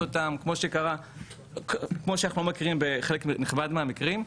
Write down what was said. אותם כמו שאנחנו מכירים בחלק נכבד מהמקרים.